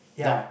ya